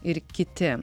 ir kiti